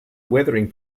weathering